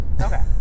Okay